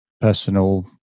personal